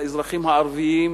לאזרחים הערבים.